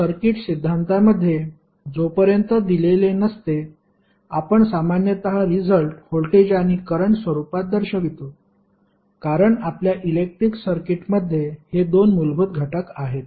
तर सर्किट सिद्धांतामध्ये जोपर्यंत दिलेले नसते आपण सामान्यत रिझल्ट व्होल्टेज आणि करंट स्वरूपात दर्शवितो कारण आपल्या इलेक्ट्रिक सर्किटमध्ये हे दोन मूलभूत घटक आहेत